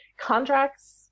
Contracts